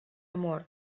amor